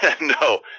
No